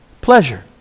pleasure